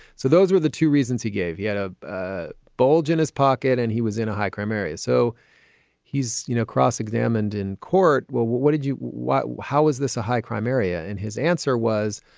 so those were the two reasons he gave. he had ah a bulge in his pocket and he was in a high crime area. so he's, you know, cross-examined in court. well, what what did you what how is this a high crime area? and his answer was,